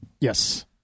Yes